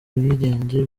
ubwigenge